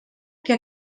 que